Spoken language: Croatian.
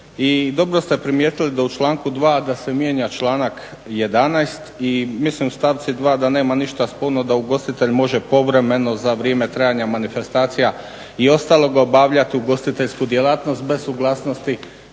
dobro ste primijetili da u članku 2. da se mijenja članak 11. I mislim u stavci 2. da nema ništa sporno da ugostitelj može povremeno za vrijeme trajanja manifestacija i ostaloga obavljati ugostiteljsku djelatnost bez suglasnosti